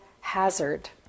hazard